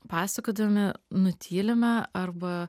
pasakodami nutylime arba